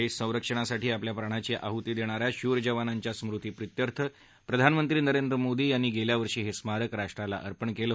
देश रक्षणासाठी आपल्या प्राणाची आह्ती देणाऱ्या शूर जवानांच्या स्मृती प्रित्यर्थ प्रधानमंत्री नरेंद्र मोदी यांनी गेल्या वर्षी हे स्मारक राष्ट्राला समर्पित केलं